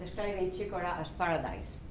chicora as paradise.